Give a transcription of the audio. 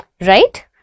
right